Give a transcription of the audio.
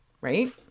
right